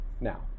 now